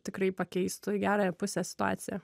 tikrai pakeistų į gerąją pusę situaciją